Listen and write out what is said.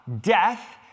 Death